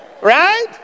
Right